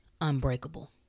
unbreakable